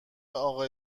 اقا